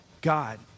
God